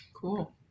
cool